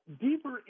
deeper